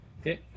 Okay